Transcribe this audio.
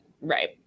Right